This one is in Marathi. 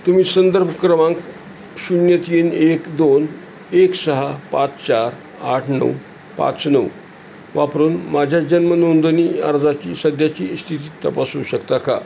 तुम्ही संदर्भ क्रमांक शून्य तीन एक दोन एक सहा पाच चार आठ नऊ पाच नऊ वापरून माझ्या जन्म नोंदणी अर्जाची सध्याची स्थिती तपासू शकता का